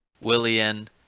Willian